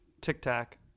tic-tac